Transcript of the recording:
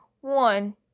one